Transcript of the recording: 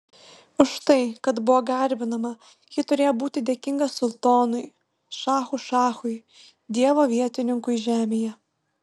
už tai kad buvo garbinama ji turėjo būti dėkinga sultonui šachų šachui dievo vietininkui žemėje